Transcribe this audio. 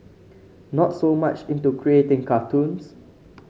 not so much into creating cartoons